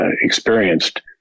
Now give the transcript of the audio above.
experienced